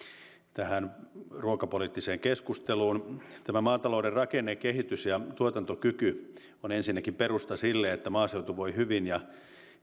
tähän ruokapoliittiseen keskusteluun maatalouden rakennekehitys ja tuotantokyky on ensinnäkin perusta sille että maaseutu voi hyvin ja